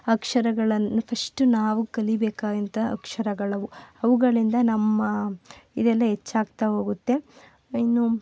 ಅಕ್ಷರಗಳನ್ನು ಫಶ್ಟ್ ನಾವು ಕಲಿಬೇಕಾದಂತ ಅಕ್ಷರಗಳವು ಅವುಗಳಿಂದ ನಮ್ಮ ಇದೆಲ್ಲ ಹೆಚ್ಚಾಗ್ತಾ ಹೋಗುತ್ತೆ ಇನ್ನು